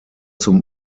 zum